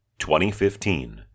2015